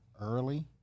early